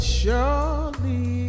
surely